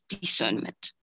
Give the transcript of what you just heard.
discernment